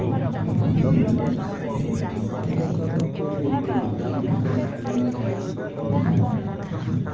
ଭଲଲାଗେ bowling batting କରେ ବହୁତ ଏତେ ଭଲଲାଗେ କ୍ରିକେଟ୍ ଖେଳିଲେ ଦେହ ବହୁତ ମଜା ଲାଗିଥାଏ